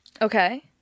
Okay